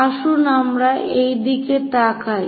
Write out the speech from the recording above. আসুন আমরা এই দিকে তাকাই